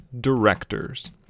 Directors